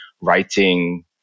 writing